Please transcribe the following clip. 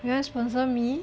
you want sponsor me